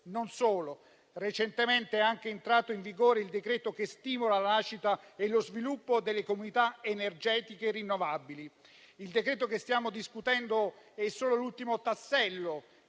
Non solo: recentemente, è anche entrato in vigore il decreto che stimola la nascita e lo sviluppo delle comunità energetiche rinnovabili. Il decreto-legge che stiamo discutendo è solo l'ultimo tassello